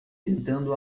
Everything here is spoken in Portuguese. tentando